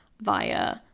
via